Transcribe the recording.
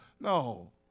No